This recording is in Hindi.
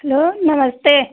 हेलो नमस्ते